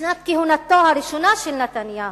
בשנת כהונתו הראשונה של נתניהו,